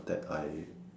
that I